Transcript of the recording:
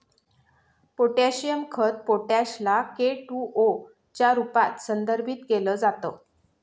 potassium खत potash ला K two O च्या रूपात संदर्भित केल जात